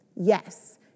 yes